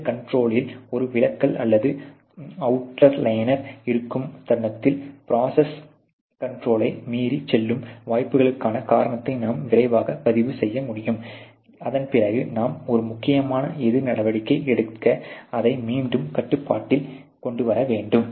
இந்தக் கண்ட்ரோலில் ஒரு விலகல் அல்லது அவுட்லைனர் இருக்கும் தருணத்தில் ப்ரோசஸ் கண்ட்ரோலை மீறிச் செல்லும் வாய்ப்புக்கான காரணத்தை நாம் விரைவாகப் பதிவுசெய்ய முடியும் அதன் பிறகு நாம் ஒரு முக்கியமான எதிர் நடவடிக்கை எடுத்து அதை மீண்டும் கட்டுப்பாட்டில் கொண்டு வர வேண்டும்